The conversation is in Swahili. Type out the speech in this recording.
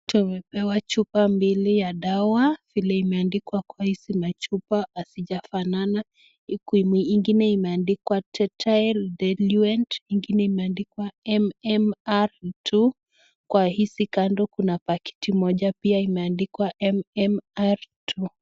Tumepewa chupa mbili ya dawa vimeandikwa kwa hizi machupa hazijafanana, ingine imeandikwa tetial diluent ingine imeandikwa MMR II ,kwa hizi kando kuna pakiti moja pia imeandikwa MMR II.